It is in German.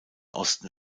osten